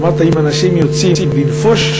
אמרת: אם אנשים יוצאים לנפוש,